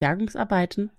bergungsarbeiten